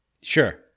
Sure